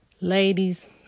Ladies